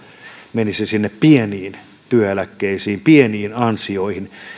menisi sinne pieniin työeläkkeisiin pieniin ansioihin